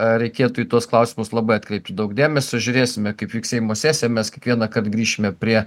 a reikėtų į tuos klausimus labai atkreipti daug dėmesio žiūrėsime kaip vyks seimo sesija mes kiekvieną kart grįšime prie